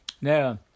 Now